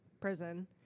prison